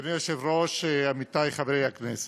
אדוני היושב-ראש, עמיתי חברי הכנסת,